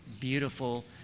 beautiful